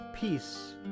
peace